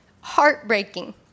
heartbreaking